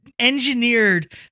engineered